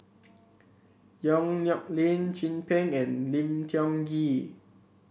Yong Nyuk Lin Chin Peng and Lim Tiong Ghee